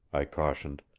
i cautioned.